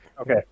Okay